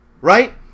Right